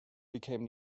became